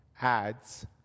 adds